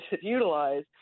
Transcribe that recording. utilize